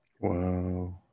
Wow